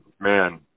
man